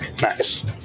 Nice